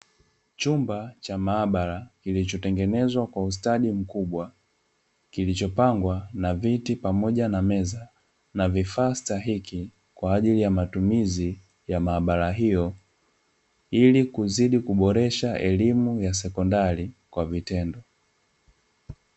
Chumba cha maabara kilicho tengenezwa kwa ustadi mkubwa, kilicho pambwa na viti pamoja na meza na vifaa stahiki kwa ajili ya matumizi ya maabara hiyo ili kuzidi kuboresha elimu ya sekondari kwa vitendo.